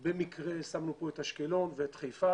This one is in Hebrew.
- במקרה שמנו כאן את אשקלון ואת חיפה